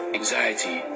anxiety